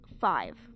five